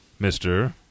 Mr